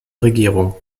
regierung